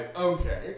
okay